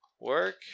work